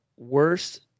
Worst